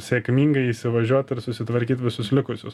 sėkmingai įsivažiuot ir susitvarkyt visus likusius